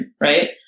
right